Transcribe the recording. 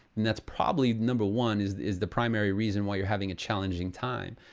and that's probably number one, is is the primary reason why you're having a challenging time.